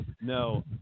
No